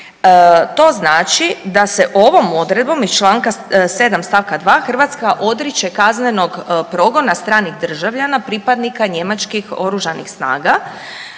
To znači da se ovom odredbom iz članka 7. stavka 2. Hrvatska odriče kaznenog progona stranih državljana pripadnika njemačkih Oružanih snaga